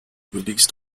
released